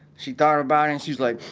she thought about it and she was like,